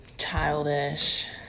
childish